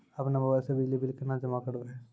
अपनो मोबाइल से बिजली बिल केना जमा करभै?